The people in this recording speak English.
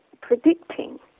predicting